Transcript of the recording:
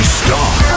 stop